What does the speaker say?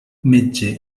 metge